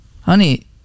honey